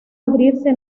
abrirse